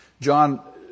John